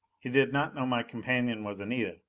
he did not know my companion was anita.